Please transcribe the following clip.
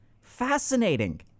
Fascinating